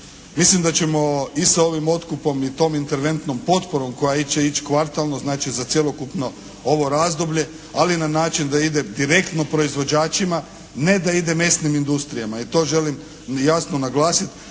Mislim da ćemo i sa ovim otkupom i sa tom interventnom potporom koja će ići kvartalno, znači za cjelokupno ovo razdoblje ali na način da ide direktno proizvođačima, ne da ide mesnim industrija i to želim jasno naglasiti.